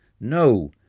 No